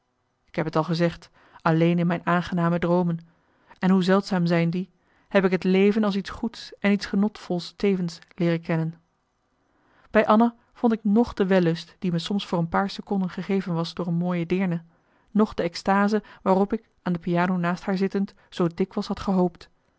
ik heb t al gezegd alleen in mijn aangename droomen en hoe zeldzaam zijn die heb ik het leven als iets goeds en iets genotvols tevens leeren kennen bij anna vond ik noch de wellust die me soms voor een paar seconden gegeven was door een mooie deerne noch de exstase waarop ik aan de piano marcellus emants een nagelaten bekentenis naast haar zittend zoo dikwijls had gehoopt